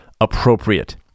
appropriate